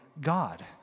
God